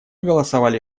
голосовали